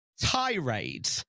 tirade